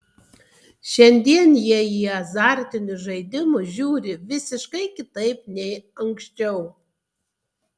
šiandien jie į azartinius žaidimus žiūri visiškai kitaip nei anksčiau